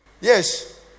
Yes